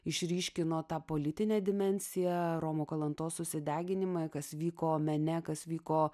išryškino tą politinę dimensiją romo kalantos susideginimą i kas vyko mene kas vyko